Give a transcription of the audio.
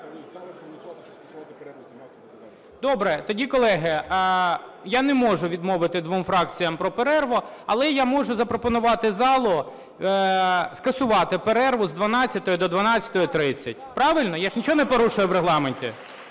Добре. Тоді, колеги, я не можу відмовити двом фракціям про перерву, але я можу запропонувати залу скасувати перерву з 12 до 12:30. Правильно? Я ж нічого не порушую в Регламенті?